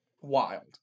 wild